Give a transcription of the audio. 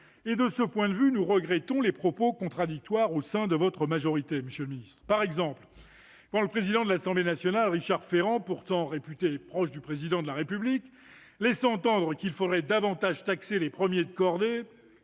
De ce point de vue, nous regrettons les propos contradictoires qui sont exprimés à ce sujet au sein de votre majorité, monsieur le ministre. Ainsi, le président de l'Assemblée nationale, Richard Ferrand, pourtant réputé proche du Président de la République, a laissé entendre qu'il faudrait davantage taxer les premiers de cordée,